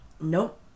Nope